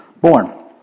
born